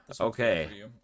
Okay